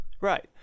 Right